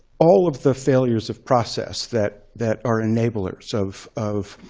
all of the failures of process that that are enablers of of